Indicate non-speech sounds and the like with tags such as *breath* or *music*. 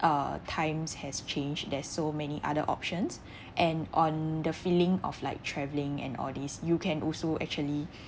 uh times has changed there's so many other options *breath* and on the feeling of like travelling and all these you can also actually